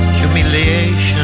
humiliation